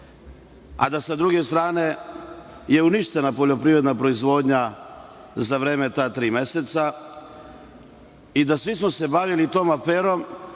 a da je s druge strane uništena poljoprivredna proizvodnja za vreme ta tri meseca i da smo se svi bavili tom aferom,